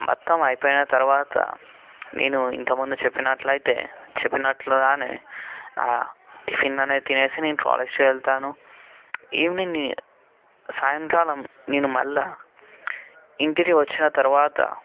మొత్తం అయిపోయిన తరువాత నేను ఇంక ముందు చెప్పినట్లైతే చెప్పినట్లుగానే టిఫిన్ అనేది తినేసి నేను కాలేజ్కి వెళతాను ఈవినింగ్ నీ సాయంకాలం నేను మళ్ళీ ఇంటికి వచ్చిన తరువాత